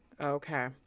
Okay